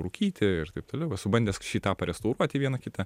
rūkyti ir taip toliau esu bandęs šį tą parestauruoti vieną kitą